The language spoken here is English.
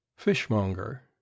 Fishmonger